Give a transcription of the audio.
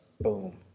boom